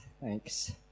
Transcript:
Thanks